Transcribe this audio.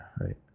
right